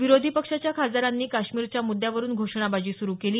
विरोधी पक्षाच्या खासदारांनी काश्मीरच्या मृद्यावरून घोषणाबाजी सुरू केली